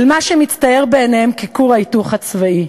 מה שמצטייר בעיניהם ככור ההיתוך הצבאי."